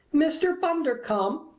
mr. bundercombe!